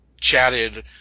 chatted –